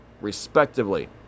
respectively